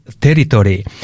Territory